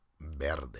Verde